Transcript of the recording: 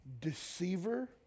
deceiver